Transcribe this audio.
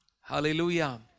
hallelujah